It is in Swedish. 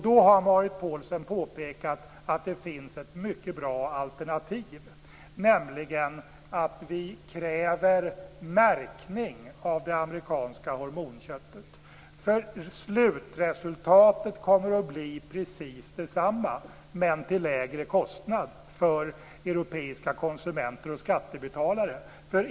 Då har Marit Paulsen påpekat att det finns ett mycket bra alternativ, nämligen att vi kräver märkning av det amerikanska hormonköttet. Slutresultatet kommer att bli precis detsamma men till lägre kostnad för europeiska konsumenter och skattebetalare.